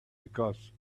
because